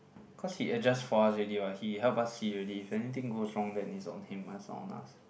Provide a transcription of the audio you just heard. cause he adjust for us already what he help us see already if anything goes wrong then it's on him ah not on us